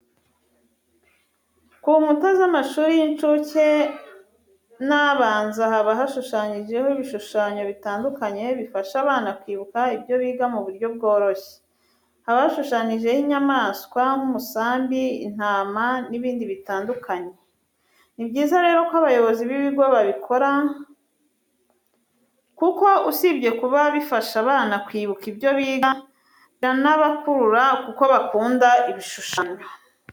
Ku nkuta z'amashuri y'incuke n'abanza haba hashushanyijeho ibishushanyo bitandukanye bifasha abana kwibuka ibyo biga mu buryo bworoshye. Haba hashushanyijeho inyamaswa nk'umusambi, intama n'ibindi bitandukanye. Ni byiza rero ko abayobozi b'ibigo babikora kuko usibye kuba bifasha abana kwibuka ibyo biga biranabakurura kuko bakunda ibishushanyo.